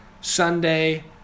Sunday